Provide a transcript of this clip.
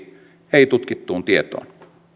ei tutkittuun tietoon